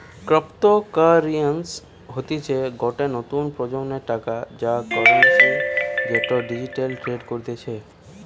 cryptocurrency হতিছে গটে নতুন প্রজন্মের টাকা বা কারেন্সি যেটা ডিজিটালি ট্রেড করতিছে